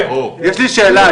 יש לי שאלה,